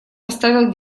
поставил